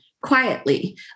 quietly